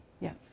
Yes